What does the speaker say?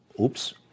Oops